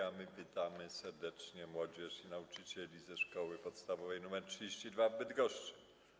A my witamy serdecznie młodzież i nauczycieli ze Szkoły Podstawowej nr 32 w Bydgoszczy.